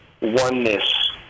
oneness